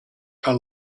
are